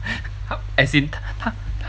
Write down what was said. as in 他